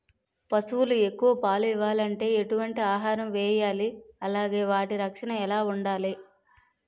పశువులు ఎక్కువ పాలు ఇవ్వాలంటే ఎటు వంటి ఆహారం వేయాలి అలానే వాటి రక్షణ ఎలా వుండాలి?